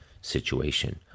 situation